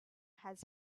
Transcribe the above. has